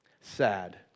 Sad